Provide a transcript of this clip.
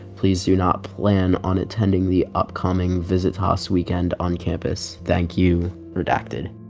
please do not plan on attending the upcoming visitas weekend on campus. thank you. redacted